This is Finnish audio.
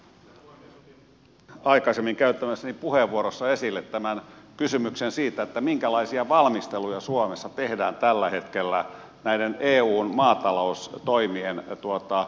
otin aikaisemmin käyttämässäni puheenvuorossani esille tämän kysymyksen siitä minkälaisia valmisteluja suomessa tehdään tällä hetkellä näiden eun maataloustoimien osalta